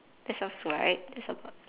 that sounds alright